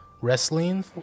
wrestling